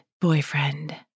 Boyfriend